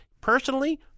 personally